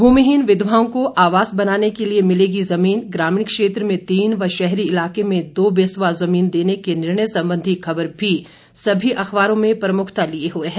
भूमिहीन विधवाओं को आवास बनाने के लिए मिलेगी जमीन ग्रामीण क्षेत्र में तीन व शहरी इलाके में दो बिस्वा जमीन देने का निर्णय संबंधी खबर भी सभी अखबारों में प्रमुखता लिए हुए है